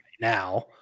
Now